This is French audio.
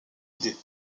idée